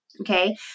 okay